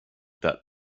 that